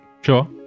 Sure